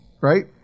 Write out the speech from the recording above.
right